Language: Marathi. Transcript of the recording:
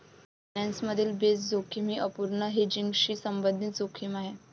फायनान्स मधील बेस जोखीम ही अपूर्ण हेजिंगशी संबंधित जोखीम आहे